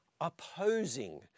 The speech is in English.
opposing